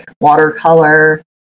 watercolor